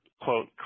quote